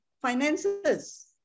finances